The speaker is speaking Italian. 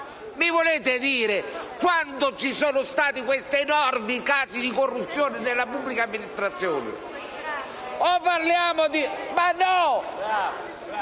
Mi volete dire quando ci sono stati questi enormi casi di corruzione nella pubblica amministrazione? *(Commenti del